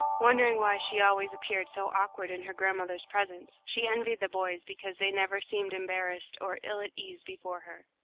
wondering why she always appeared so awkward in her grandmother's presence. she envied the boys because they never seemed embarrassed or ill at ease before her.